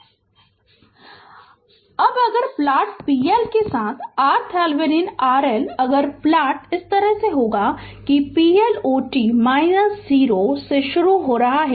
Refer Slide Time 0844 अब अगर plot p L के साथ RThevenin RL अगर प्लॉट प्लॉट इस तरह होगा कि plot यह 0 से शुरू हो रहा है